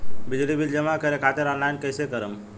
बिजली बिल जमा करे खातिर आनलाइन कइसे करम?